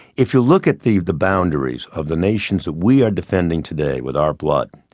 if you look at the the boundaries of the nations that we are defending today with our blood,